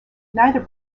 neither